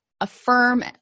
affirm